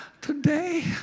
today